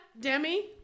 Demi